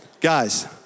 Guys